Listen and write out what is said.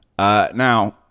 Now